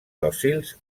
dòcils